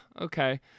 okay